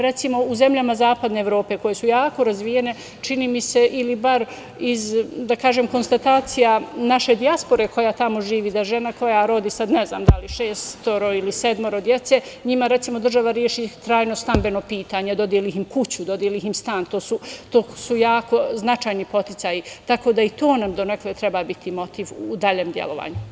Recimo, u zemljama Zapadne Evrope koje su jako razvijene, čini mi se ili bar iz konstatacija naše dijaspore koja tamo živi, da žena koja rodi, sad ne znam da li šestoro ili sedmoro dece, njima recimo država reši trajno stambeno pitanje, dodeli im kuću, dodeli im stan, to su jako značajni podsticaji, tako da nam i to donekle treba biti motiv u daljem delovanju.